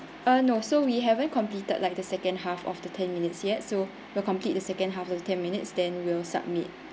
uh no so we haven't completed like the second half of the ten minutes yet so we'll complete the second half of the ten minutes then we'll submit